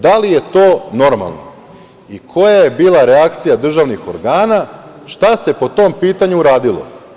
Da li je to normalno, koja je bila reakcija državnih organa, šta se po tom pitanju uradilo?